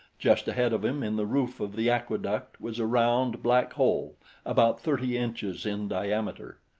just ahead of him in the roof of the aqueduct was a round, black hole about thirty inches in diameter.